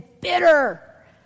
bitter